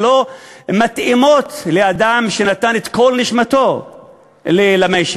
שלא מתאימות לאדם שנתן את כל נשמתו למשק.